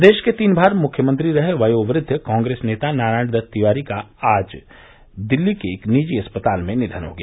प्रदेश के तीन बार मुख्यमंत्री रहे वयोवृद्व कांग्रेस नेता नारायण दत्त तिवारी का आज दिल्ली के एक निजी अस्पताल में निधन हो गया